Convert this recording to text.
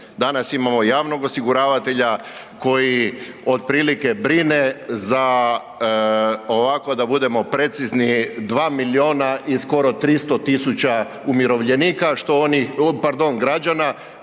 Danas imamo javnoga osiguravatelja koji otprilike brine za ovako da budemo precizni 2 milijuna i skoro 300 tisuća građana